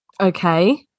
Okay